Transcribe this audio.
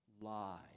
lie